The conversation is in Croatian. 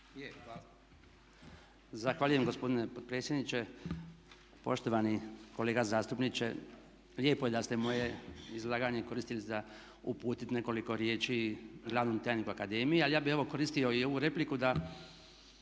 Zahvaljujem gospodine potpredsjedniče. Poštovani kolega zastupniče, lijepo je da ste moje izlaganje koristiti za uputiti nekoliko riječi glavnom tajniku akademije, ali ja bih evo koristio i ovu repliku da